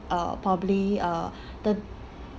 uh probably uh thir~